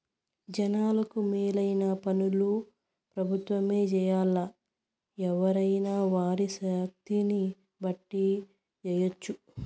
జనాలకు మేలైన పన్లు పెబుత్వమే జెయ్యాల్లా, ఎవ్వురైనా వారి శక్తిని బట్టి జెయ్యెచ్చు